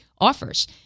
offers